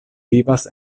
vivas